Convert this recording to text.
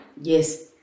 Yes